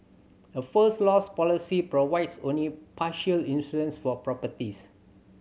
a First Loss policy provides only partial insurance for properties